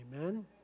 Amen